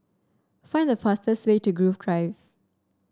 find the fastest way to Grove Drive